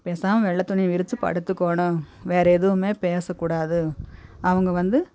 பேசாமல் வெள்ளை துணியை விரிச்சி படுத்துக்கணும் வேற எதுவும் பேச கூடாது அவங்க வந்து